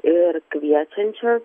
ir kviečiančios